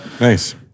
Nice